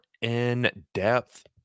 in-depth